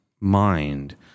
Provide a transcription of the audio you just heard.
mind